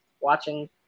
watching